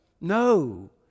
no